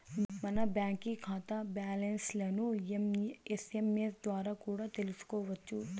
మన బాంకీ కాతా బ్యాలన్స్లను ఎస్.ఎమ్.ఎస్ ద్వారా కూడా తెల్సుకోవచ్చు